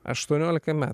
aštuoniolika metų